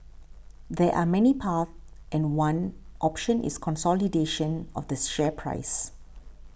there are many paths and one option is consolidation of the share price